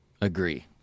Agree